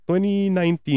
2019